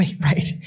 right